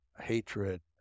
hatred